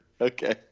Okay